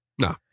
No